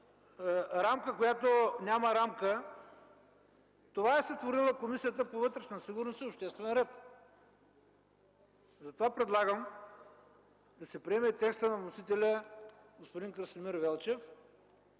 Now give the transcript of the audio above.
Рамка, която няма рамка – това е сътворила Комисията по вътрешна сигурност и обществен ред. Затова предлагам да се приеме текстът на вносителя – господин Красимир Велчев,